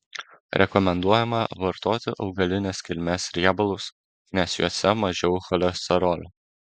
rekomenduojama vartoti augalinės kilmės riebalus nes juose mažiau cholesterolio